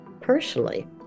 personally